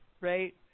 right